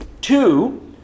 Two